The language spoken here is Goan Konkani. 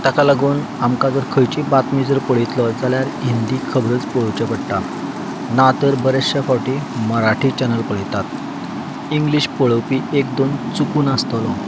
ताका लागून आमकां जर खंयची बातमी जर पळयतलो जाल्यार हिंदी खबरोच पळोवच्यो पडटा ना तर बऱ्याचश्यां फावटी मराठी चॅनल पळयता इंग्लीश पळोवपी एक दोन चुकून आसतलो